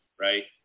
Right